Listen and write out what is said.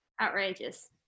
Outrageous